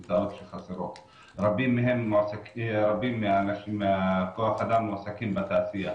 רבים מכוח האדם מועסקים בתעשייה,